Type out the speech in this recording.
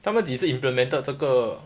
他们只是 implemented 这个